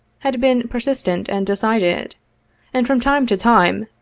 had been persistent and decided and from time to time,